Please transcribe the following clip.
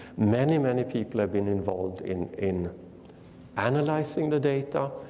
many, many people have been involved in in analyzing the data.